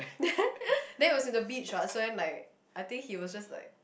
then it was in the beach what so then like I think he was just like